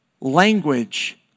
language